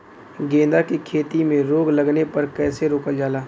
गेंदा की खेती में रोग लगने पर कैसे रोकल जाला?